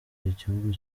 igihugu